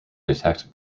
detect